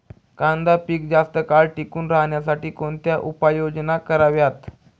कांदा पीक जास्त काळ टिकून राहण्यासाठी कोणत्या उपाययोजना कराव्यात?